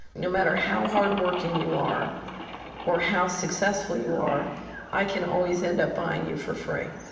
no mather how hard working you are or how successful you are i can always end up buying you for free.